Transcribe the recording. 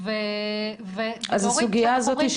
אז הסוגייה הזאתי,